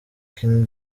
king